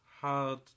hard